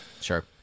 Sure